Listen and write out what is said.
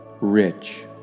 rich